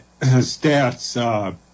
stats